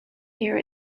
here